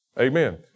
Amen